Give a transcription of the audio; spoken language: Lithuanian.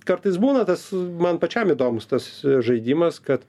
kartais būna tas man pačiam įdomus tas žaidimas kad